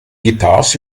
guitars